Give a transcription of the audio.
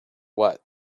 what